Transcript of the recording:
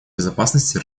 безопасности